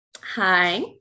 Hi